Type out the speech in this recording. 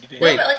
Wait